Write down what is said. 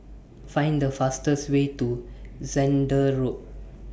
Find The fastest Way to Zehnder Road